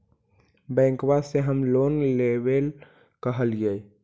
बैंकवा से हम लोन लेवेल कहलिऐ?